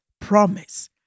promise